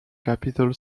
capital